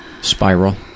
spiral